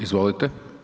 izvolite.